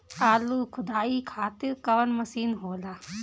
आलू खुदाई खातिर कवन मशीन होला?